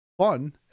fun